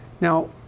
Now